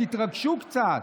תתרגשו קצת.